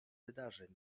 wydarzeń